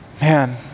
man